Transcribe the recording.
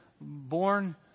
born